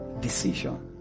Decision